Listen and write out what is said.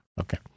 Okay